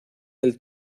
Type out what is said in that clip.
del